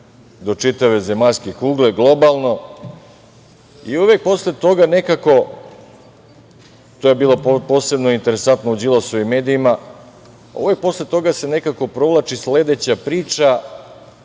do čitave zemaljske kugle, globalno i uvek posle toga nekako, to je bilo posebno interesantno u Đilasovim medijima, uvek posle toga se nekako provlači sledeća priča,